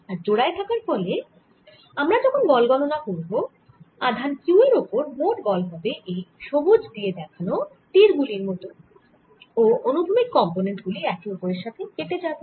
আর জোড়ায় থাকার ফলে আমরা যখন বল গণনা করব আধান q এর ওপর মোট বল হবে এই সবুজ দিয়ে দেখা তীর গুলির মত ও অনুভূমিক কম্পোনেন্ট গুলি একে ওপরে সাথে কেটে যাবে